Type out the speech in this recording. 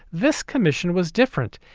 this commission was different.